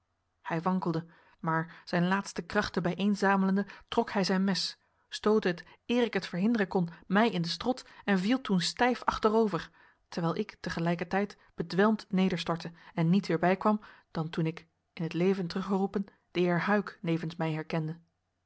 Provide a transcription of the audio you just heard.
hij wankelde maar zijn laatste krachten bijeenzamelende trok hij zijn mes stootte het eer ik het verhinderen kon mij in den strot en viel toen stijf achterover terwijl ik te gelijker tijd bedwelmd nederstortte en niet weer bijkwam dan toen ik in t leven teruggeroepen den heer huyck nevens mij herkende